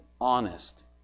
honest